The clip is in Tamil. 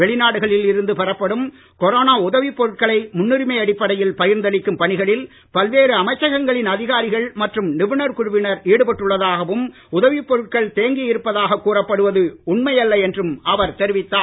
வெளிநாடுகளில் இருந்து பெறப்படும் கொரோனா உதவிப் பொருட்களை முன்னுரிமை அடிப்படையில் பகிர்ந்தளிக்கும் பணிகளில் பல்வேறு அமைச்சகங்களின் அதிகாரிகள் மற்றும் நிபுணர் குழுவினர் ஈடுபட்டுள்ளதாகவும் உதவிப் பொருட்கள் தேங்கியிருப்பதாக கூறப்படுவது உண்மையல்ல என்றும் அவர் தெரிவித்தார்